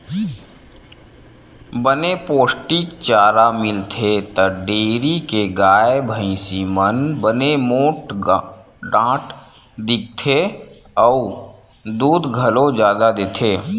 बने पोस्टिक चारा मिलथे त डेयरी के गाय, भइसी मन बने मोठ डांठ दिखथे अउ दूद घलो जादा देथे